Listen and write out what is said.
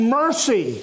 mercy